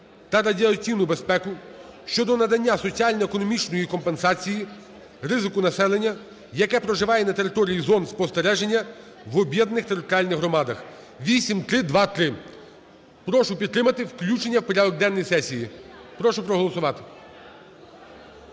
та радіаційну безпеку" щодо надання соціально-економічної компенсації ризику населенню, яке проживає на території зон спостереження в об'єднаних територіальних громадах (8323). Прошу підтримати включення в порядок денний сесії. Прошу проголосувати.